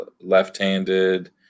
left-handed